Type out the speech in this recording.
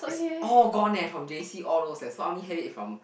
it's all gone eh from j_c all those eh so I only had it from